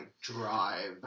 drive